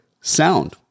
sound